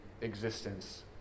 existence